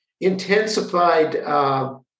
intensified